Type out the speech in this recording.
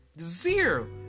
Zero